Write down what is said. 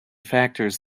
factors